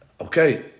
Okay